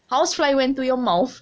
housefly went into your mouth